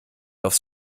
aufs